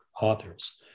authors